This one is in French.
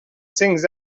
cinq